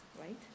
right